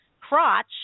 crotch